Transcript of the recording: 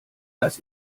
das